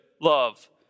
love